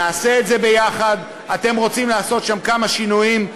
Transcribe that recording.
נעשה את זה יחד, אתם רוצים לעשות שם כמה שינויים?